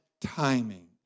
timing